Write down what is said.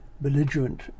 belligerent